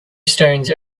stones